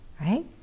right